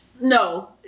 No